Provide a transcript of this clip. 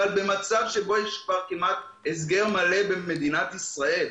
במצב שבו יש כבר כמעט הסגר מלא במדינת ישראל,